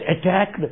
attacked